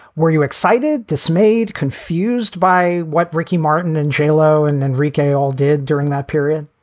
were you excited, dismayed, confused by what ricky martin and j-lo and enrique all did during that period?